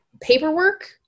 paperwork